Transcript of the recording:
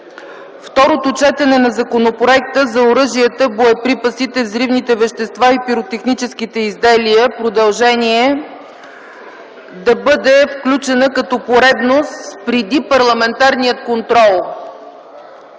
второто четене на Законопроекта за оръжията, боеприпасите, взривните вещества и пиротехническите изделия – продължение, да бъде включено като поредност преди парламентарния контрол.